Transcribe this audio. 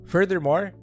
Furthermore